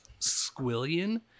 squillion